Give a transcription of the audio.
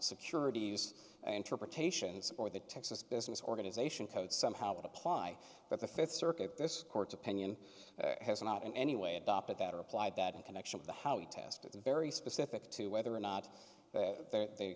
securities interpretations or the texas business organization code somehow would apply but the fifth circuit this court's opinion has not in any way adopted that or applied that in connection with the how you test it's very specific to whether or not they